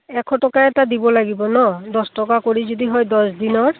এশ টকা এটা দিব লাগিব ন দহ টকা কৰি যদি হয় দহদিনৰ